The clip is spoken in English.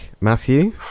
Matthew